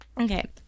Okay